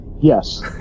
Yes